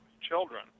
children